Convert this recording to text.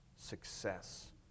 success